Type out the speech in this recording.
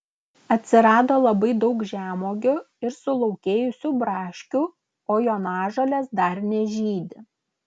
atsirado labai daug žemuogių ir sulaukėjusių braškių o jonažolės dar nežydi